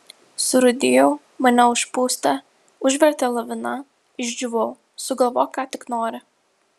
surūdijau mane užpustė užvertė lavina išdžiūvau sugalvok ką tik nori